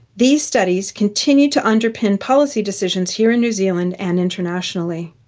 these studies continue to underpin policy decisions here in new zealand and internationally.